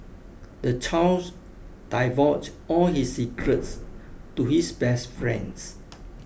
the child divulged all his secrets to his best friends